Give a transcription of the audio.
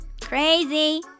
crazy